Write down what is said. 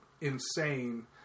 insane